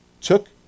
took